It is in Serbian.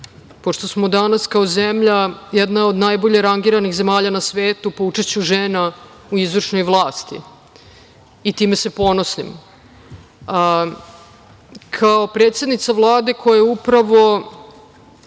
pošto smo danas kao zemlja, jedna od najbolje rangiranih zemalja na svetu po učešću žena u izvršnoj vlasti i time se ponosimo. Kao predsednica Vlade koja upravo